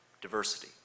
diversity